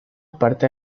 parte